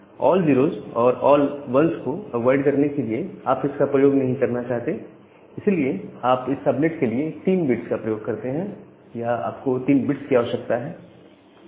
all 0s और ओ 1s को अवॉइड करने के लिए आप इसका प्रयोग करना नहीं चाहते हैं और इसलिए आप इस सब नेट के लिए 3 बिट्स का प्रयोग करते हैं या आप को 3 बिट्स की आवश्यकता होती है